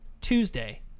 Tuesday